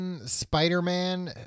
Spider-Man